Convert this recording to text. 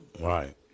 Right